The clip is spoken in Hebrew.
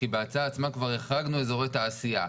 כי בהצעה עצמה כבר החרגנו אזורי תעשייה,